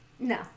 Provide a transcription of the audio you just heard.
No